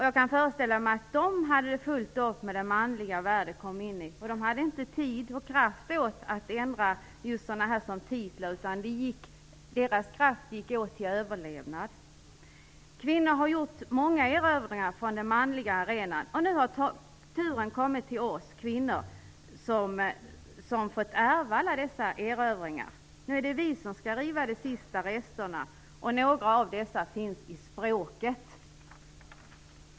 Jag kan föreställa mig att de hade det fullt upp med den manliga värld de kom in i. De hade inte tid och kraft att ändra sådant som titlar, utan deras kraft gick åt till överlevnad. Kvinnor har gjort många erövringar från den manliga arenan, och nu har turen kommit till oss kvinnor som har fått ärva alla dessa erövringar. Nu är det vi som skall riva de sista resterna, och några av dessa finns i språket.